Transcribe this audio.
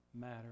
matter